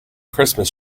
christmas